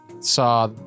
saw